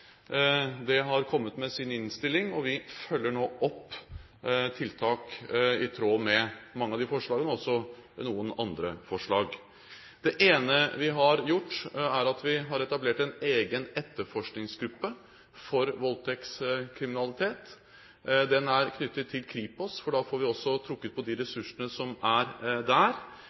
i tråd med mange av de forslagene, men også i tråd med noen andre forslag. Det ene vi har gjort, er at vi har etablert en egen etterforskningsgruppe for voldtektskriminalitet. Den er knyttet til Kripos, for da får vi også trukket på de ressursene som er der.